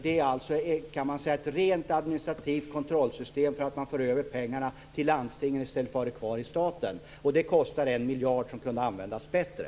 Det är fråga om ett rent administrativt kontrollsystem för överföring av pengarna till landstinget i stället för att ha dem kvar i staten. Detta kostar en miljard, som kunde användas bättre.